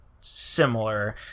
similar